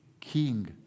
king